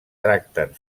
tracten